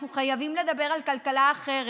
אנחנו חייבים לדבר על כלכלה אחרת,